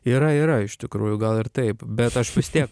yra yra iš tikrųjų gal ir taip bet aš vis tiek